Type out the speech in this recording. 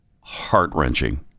heart-wrenching